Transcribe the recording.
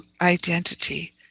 identity